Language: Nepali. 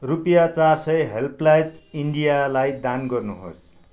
रुपियाँ चार सय हेल्पएज इन्डियालाई दान गर्नुहोस्